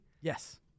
Yes